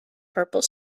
purple